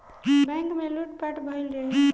bank में लूट पाट भईल रहे